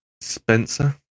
Spencer